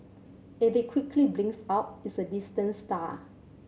if it quickly blinks out it's a distant star